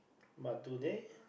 but do they